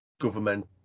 government